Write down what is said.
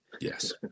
yes